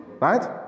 right